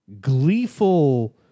gleeful